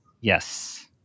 yes